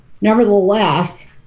nevertheless